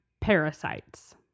parasites